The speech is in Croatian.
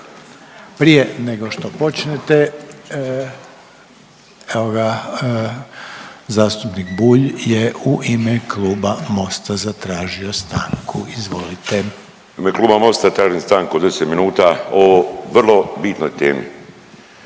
Prije nego što počnete, evo ga, zastupnik Bulj je u ime Kluba Mosta zatražio stanku, izvolite. **Bulj, Miro (MOST)** U ime Kluba Mosta tražim stanku od 10 minuta o vrlo bitnoj temi,